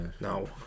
No